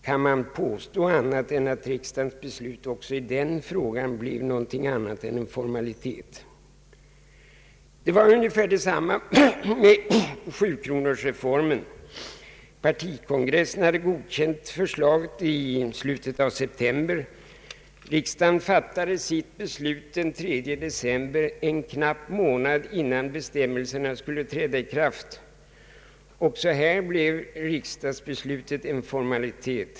Kan man påstå annat än att riksdagens beslut också i den frågan blev en formalitet? Det var ungefär detsamma med sjukronorsreformen. Partikongressen hade godkänt förslaget i slutet av september, riksdagen fattade sitt beslut den 3 december, d.v.s. en knapp månad innan bestämmelserna skulle träda i kraft. Också här blev riksdagsbeslutet en formalitet.